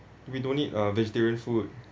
we don't need uh vegetarian food